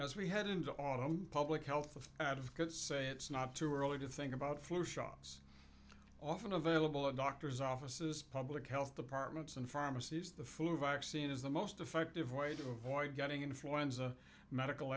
as we head into autumn public health of advocates say it's not too early to think about flu shots often available in doctors offices public health departments and pharmacies the flu vaccine is the most effective way to avoid getting influenza medical